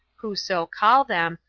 who so call them,